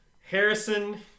Harrison